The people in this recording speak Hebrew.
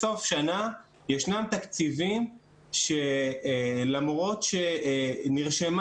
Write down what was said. בסוף שנה יש תקציבים שלמרות שנרשמה